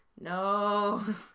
No